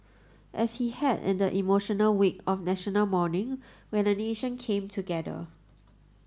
as he had in the emotional week of National Mourning when a nation came together